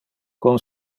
con